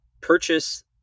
purchase